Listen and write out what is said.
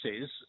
says